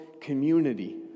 community